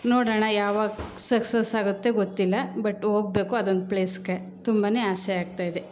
ನೋಡೋಣ ಯಾವಾಗ ಸಕ್ಸಸ್ ಆಗುತ್ತೆ ಗೊತ್ತಿಲ್ಲ ಬಟ್ ಹೋಗ್ಬೇಕು ಅದೊಂದು ಪ್ಲೇಸ್ಗೆ ತುಂಬನೇ ಆಸೆ ಆಗ್ತಾಯಿದೆ